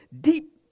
deep